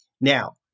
now